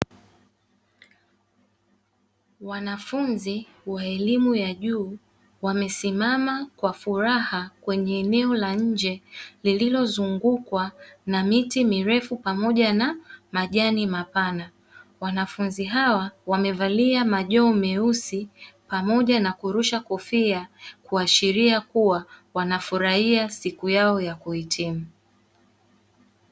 Wanafunzi wa elimu ya juu wamesimama kwa furaha kwenye eneo la nje lililozungukwa na miti mirefu pamoja na majani mapana. Wanafunzi hawa wamevaa majoho meusi pamoja na kurusha kofia kuashiria kuwa wanafurahia siku yao ya kuhitimu.